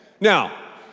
now